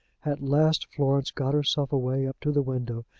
at last florence got herself away up to the window,